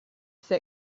for